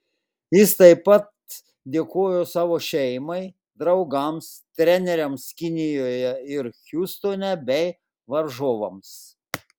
jis taip pat dėkojo savo šeimai draugams treneriams kinijoje ir hjustone bei varžovams